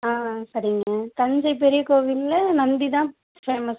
ஆ சரிங்க தஞ்சைப் பெரிய கோவிலில் நந்தி தான் பேமஸு